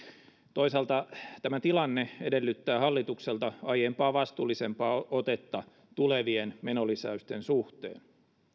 toisaalta tämä tilanne edellyttää hallitukselta aiempaa vastuullisempaa otetta tulevien menolisäysten suhteen